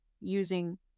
using